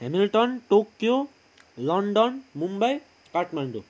Hamilton Tokyo London Mumbai Kathmandu